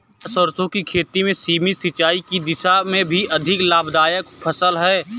क्या सरसों की खेती सीमित सिंचाई की दशा में भी अधिक लाभदायक फसल है?